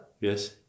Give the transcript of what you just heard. Yes